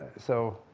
so,